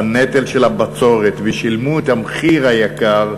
בנטל של הבצורת, ושילמו את המחיר היקר,